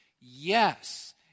yes